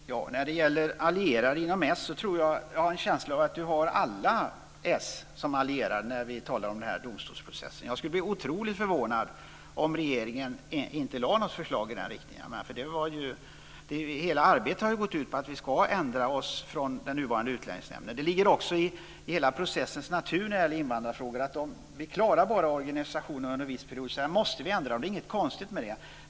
Fru talman! När det gäller allierade inom s har jag en känsla av att Johan Pehrson har alla inom s som allierade när vi talar om den här domstolsprocessen. Jag skulle bli otroligt förvånad om regeringen inte lade fram något förslag i den riktningen. Hela arbetet har ju gått ut på att vi ska ändra oss från den nuvarande utlänningsnämnden. Det ligger också i hela processens natur när det gäller invandrarfrågor: Vi klarar bara organisationen under en viss period, och sedan måste vi ändra. Det är inget konstigt med det.